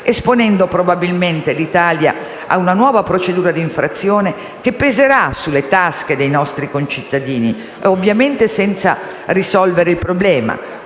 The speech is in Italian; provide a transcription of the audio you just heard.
esponendo probabilmente l'Italia a una nuova procedura d'infrazione che peserà sulle tasche dei nostri concittadini, ovviamente senza risolvere il problema.